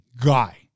guy